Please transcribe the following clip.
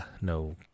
no